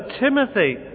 Timothy